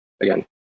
again